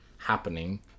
Happening